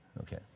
Okay